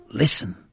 Listen